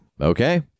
Okay